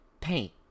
paint